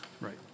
Right